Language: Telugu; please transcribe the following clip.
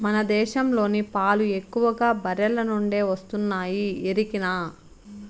మన దేశంలోని పాలు ఎక్కువగా బర్రెల నుండే వస్తున్నాయి ఎరికనా